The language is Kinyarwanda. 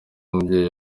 umubyeyi